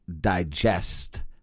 digest